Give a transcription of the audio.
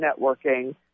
networking